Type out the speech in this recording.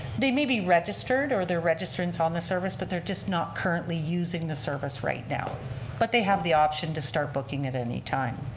they made be registered or they're registrants on the service but they're just not currently using the service right now but they have the option to start booking at any time.